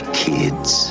kids